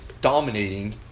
dominating